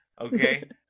okay